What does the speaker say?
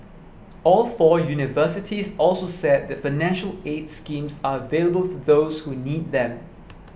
all four universities also said that financial aid schemes are available to those who need them